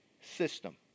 system